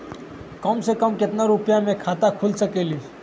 कम से कम केतना रुपया में खाता खुल सकेली?